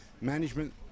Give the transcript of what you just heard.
management